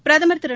பிரதம் திரு